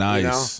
Nice